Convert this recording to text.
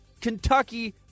Kentucky